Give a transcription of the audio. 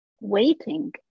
waiting